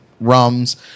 rums